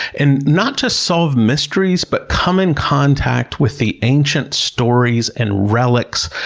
and not just solve mysteries but come in contact with the ancient stories, and relics,